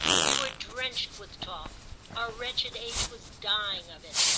we were drenched with talk our wretched age was dying of it.